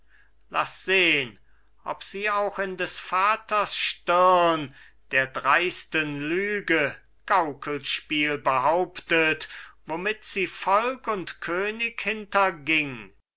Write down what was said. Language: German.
laß sehn ob sie auch in des vaters stirn der dreisten lüge gaukelspiel behauptet womit sie volk und könig